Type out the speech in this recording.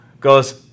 goes